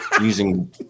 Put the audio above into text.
using